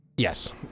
Yes